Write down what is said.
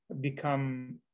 become